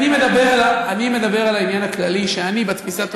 אני מדבר על העניין הכללי שאני בתפיסה,